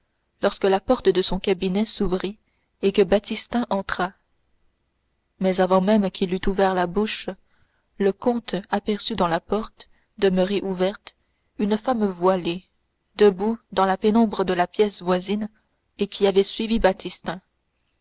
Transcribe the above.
lorsque la porte de son cabinet s'ouvrit et que baptistin entra mais avant même qu'il eût ouvert la bouche le comte aperçut dans la porte demeurée ouverte une femme voilée debout dans la pénombre de la pièce voisine et qui avait suivi baptistin